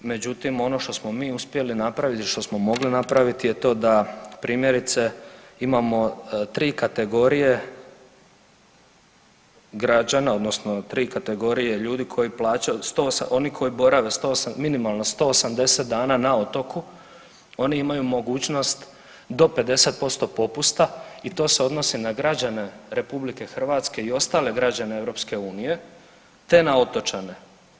Međutim, ono što smo mi uspjeli napravit i ono što smo mogli napravit je to da primjerice imamo 3 kategorije građana odnosno 3 kategorije ljudi koji plaćaju, oni koji borave minimalno 180 dana na otoku oni imaju mogućnost do 50% popusta i to se odnosi na građane RH i ostale građane EU, te na otočane.